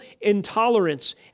intolerance